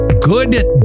good